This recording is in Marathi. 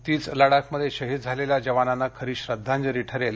तीच लडाखमध्ये शहीद झालेल्या जवानांना खरी श्रद्वांजली ठरेल